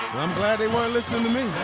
i'm glad they weren't listening to me.